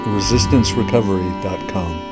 resistancerecovery.com